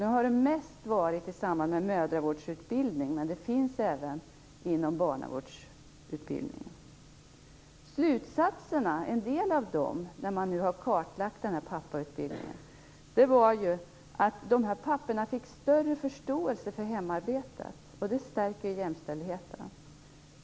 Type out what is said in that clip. Detta har mest förekommit i samband med mödravårdsutbildning, men det förekommer också i samband med barnavårdsutbildning. Man har nu kartlagt denna pappautbildning, och en slutsats var att papporna fick större förståelse för hemarbetet, vilket stärker jämställdheten.